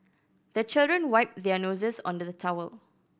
the children wipe their noses on the towel